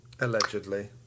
Allegedly